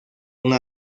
una